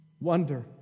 Wonder